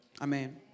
Amen